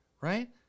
right